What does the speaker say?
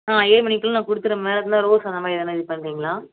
ஆ ஏழு மணிக்கெல்லாம் நான் கொடுத்துர்றேன் மேம் அந்த ரோஸ் அந்தமாதிரி எதனால் இது பண்ணுறிங்களா